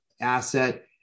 asset